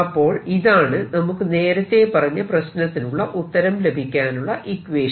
അപ്പോൾ ഇതാണ് നമുക്ക് നേരത്തെ പറഞ്ഞ പ്രശ്നത്തിനുള്ള ഉത്തരം ലഭിക്കാനുള്ള ഇക്വേഷൻ